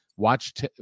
watch